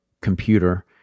computer